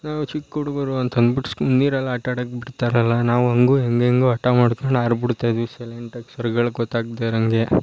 ನಾವು ಚಿಕ್ಕ ಹುಡುಗರು ಅಂತ ಅಂದ್ಬಿಟ್ಟು ನೀರಲ್ಲಿ ಆಟ ಆಡೋಕೆ ಬಿಡ್ತಾಯಿರ್ಲಿಲ್ಲ ನಾವು ಹಂಗೊ ಹೆಂಗೆಂಗೊ ಅಟ ಮಾಡ್ಕೊಂಡು ಹಾರಿಬಿಡ್ತಾಯಿದ್ವಿ ಸೈಲೆಂಟಾಗಿ ಸರ್ಗಳು ಗೊತ್ತಾಗದೇ ಇರೋಂಗೆ